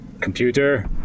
Computer